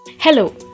Hello